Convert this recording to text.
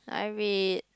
I read